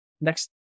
Next